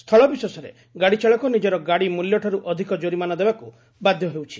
ସ୍ଥଳବିଶେଷରେ ଗାଡିଚାଳକ ନିଜର ଗାଡି ମୁଲ୍ୟଠାରୁ ଅଧିକ ଜରିମାନା ଦେବାକୁ ବାଧ ହେଉଛି